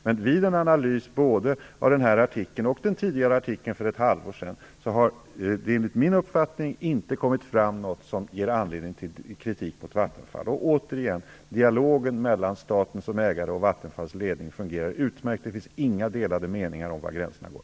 Men vid en analys, både av den här artikeln och av den tidigare artikeln för ett halvår sedan, har det inte, enligt min uppfattning, kommit fram någonting som ger anledning till kritik mot Vattenfall. Återigen vill jag säga att dialogen mellan staten som ägare och Vattenfalls ledning fungerar utmärkt. Det finns inga delade meningar om var gränserna går.